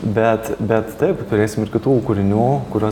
bet bet taip turėsim ir kitų kūrinių kuriuos